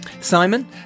Simon